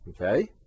Okay